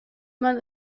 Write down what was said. man